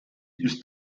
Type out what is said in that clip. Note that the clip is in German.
ist